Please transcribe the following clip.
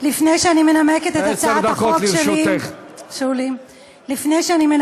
קארין אלהרר, הצעת חוק שוויון לאנשים עם מוגבלות.